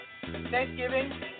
thanksgiving